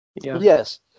Yes